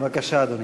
בבקשה, אדוני.